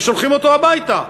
ושולחים אותו הביתה.